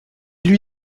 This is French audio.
lui